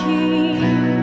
King